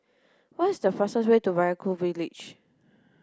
where's the fastest way to Vaiaku village